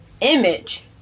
image